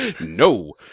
No